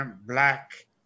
black